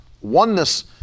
oneness